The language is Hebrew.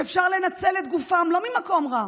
שאפשר לנצל את גופם, לא ממקום רע,